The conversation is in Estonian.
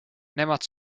nemad